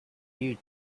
you